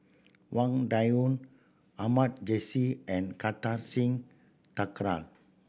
Wang Dayuan Ahmad Jais and Kartar Singh Thakral